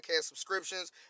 subscriptions